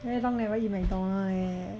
very long never eat McDonald's leh